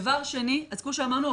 אז כמו שאמרנו,